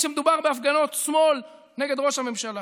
כשמדובר בהפגנות שמאל נגד ראש הממשלה,